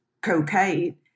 cocaine